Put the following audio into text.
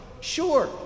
Sure